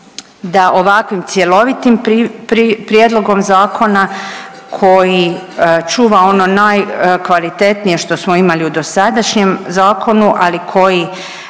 da ovakvim cjelovitim prijedlogom zakona koji čuva ono najkvalitetnije što smo imali u dosadašnjem zakonu, ali koji